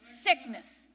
sickness